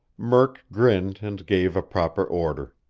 murk grinned and gave a proper order.